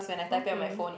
okay